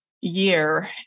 year